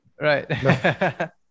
right